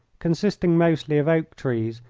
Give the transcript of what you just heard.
consisting mostly of oak trees,